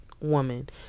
woman